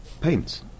paints